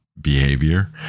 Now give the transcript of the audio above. behavior